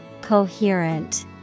Coherent